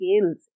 scales